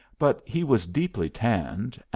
but he was deeply tanned,